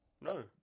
No